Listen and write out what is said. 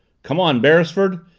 come on, beresford!